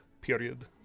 Period